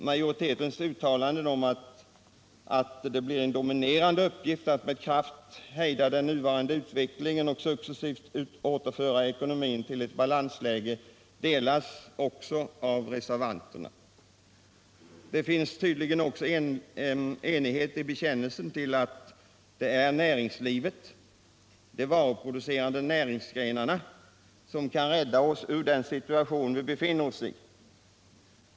Majoritetens mening att det blir en dominerande uppgift att med kraft hejda den nuvarande utvecklingen och successivt återföra ekonomin till ett balansläge delas också av reservanterna. Det finns tydligen enighet också i bekännelsen till att det är näringslivet, de varuproducerande näringsgrenarna, som kan rädda oss ur den situation vi befinner oss i.